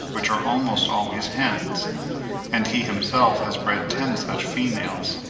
which are almost always hens and he himself has bred ten such females.